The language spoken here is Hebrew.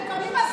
אדוני,